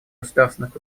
государственных